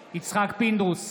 פינדרוס,